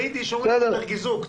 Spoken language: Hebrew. ביידיש אומרים: האט ער געזוגט.